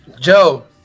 Joe